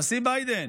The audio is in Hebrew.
הנשיא ביידן,